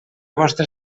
vostra